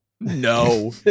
no